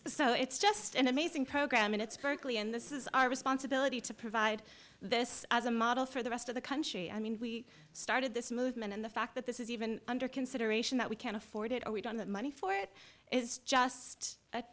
so it's just an amazing program and it's berkeley and this is our responsibility to provide this as a model for the rest of the country i mean we started this movement and the fact that this is even under consideration that we can afford it or we don't that money for it is just